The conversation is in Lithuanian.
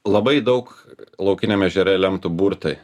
labai daug laukiniam ežere lemtų burtai